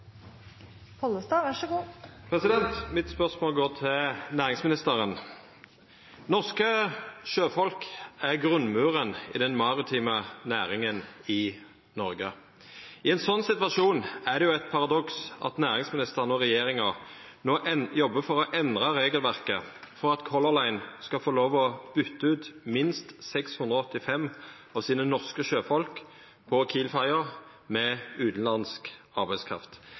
Mitt spørsmål går til næringsministeren. Norske sjøfolk er grunnmuren i den maritime næringa i Noreg. I ein slik situasjon er det eit paradoks at næringsministeren og regjeringa no jobbar for å endra regelverket for at Color Line skal få lov til å byta ut minst 685 av sine norske sjøfolk på Kiel-ferja med utanlandsk arbeidskraft.